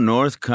North